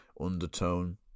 undertone